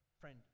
Friend